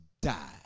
die